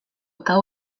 eta